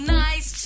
nice